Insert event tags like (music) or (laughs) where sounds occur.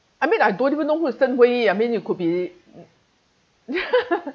I mean I don't even know who is zheng hui yu I mean it could be (laughs)